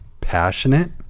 passionate